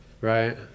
right